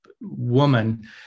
woman